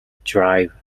drive